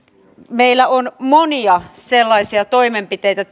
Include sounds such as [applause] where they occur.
meillä on tehtynä monia sellaisia toimenpiteitä [unintelligible]